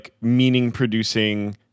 meaning-producing